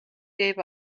gave